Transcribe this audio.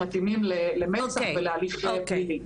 שמתאימים למצ"ח או להליך פלילי.